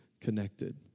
connected